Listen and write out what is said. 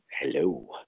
Hello